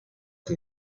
que